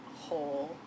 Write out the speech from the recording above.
whole